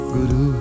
Guru